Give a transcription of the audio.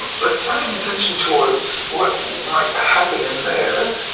but turning attention towards what might happen in there,